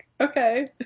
okay